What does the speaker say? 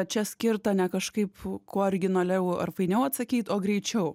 čia skirta ne kažkaip kuo originaliau ar fainiau atsakyt o greičiau